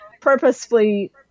purposefully